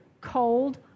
cold